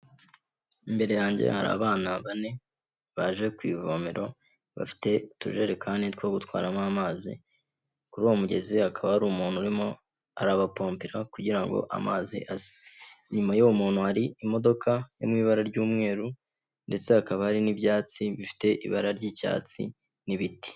Imbere yanjye hari abana bane baje ku ivomero bafite utujerekani two gutwaramo amazi, kuri uwo mugezi hakaba hari umuntu urimo arabapombera kugira ngo amazi aze, inyuma y'uwo muntu hari imodoka iri mu ibara ry'umweru ndetse hakaba hari n'ibyatsi bifite ibara ry'icyatsi n'ibiti.